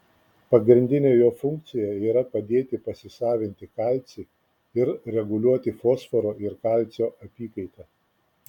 pagrindinė jo funkcija yra padėti pasisavinti kalcį ir reguliuoti fosforo ir kalcio apykaitą